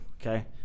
okay